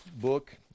book